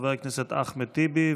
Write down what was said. חבר הכנסת אחמד טיבי,